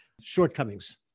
shortcomings